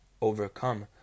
overcome